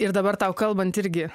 ir dabar tau kalbant irgi